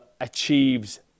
achieves